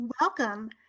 welcome